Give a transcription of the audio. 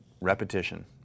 repetition